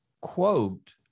quote